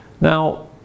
Now